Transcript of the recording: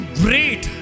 great